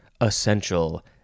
essential